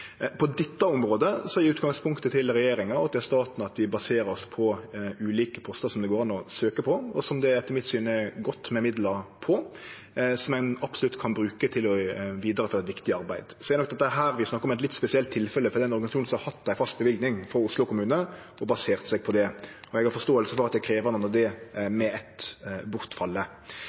På dette området er utgangspunktet til regjeringa og staten at det vert basert på ulike postar som det går an å søkje på. Der er det etter mitt syn godt med midlar, som ein absolutt kan bruke til å vidareføre eit viktig arbeid. Det vi snakkar om her, er nok eit litt spesielt tilfelle, for det er ein organisasjon som har hatt ei fast løyving frå Oslo kommune og basert seg på det. Eg har forståing for at det er krevjande når det med